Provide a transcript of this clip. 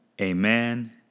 Amen